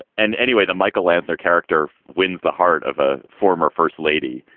and anyway, the michael landser character wins the heart of a former first lady,